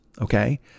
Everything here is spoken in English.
okay